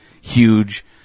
huge